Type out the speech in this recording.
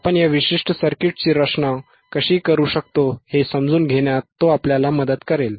आपण या विशिष्ट सर्किटची रचना कशी करू शकतो हे समजून घेण्यात तो आपल्याला मदत करेल